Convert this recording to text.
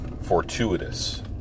fortuitous